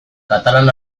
katalan